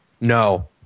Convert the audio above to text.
No